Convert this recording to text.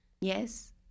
Yes